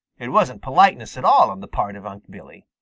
it wasn't politeness at all on the part of unc' billy.